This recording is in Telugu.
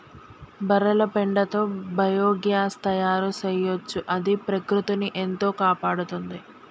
బర్రెల పెండతో బయోగ్యాస్ తయారు చేయొచ్చు అది ప్రకృతిని ఎంతో కాపాడుతుంది